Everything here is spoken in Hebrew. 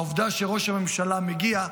העובדה שראש הממשלה מגיע,